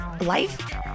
life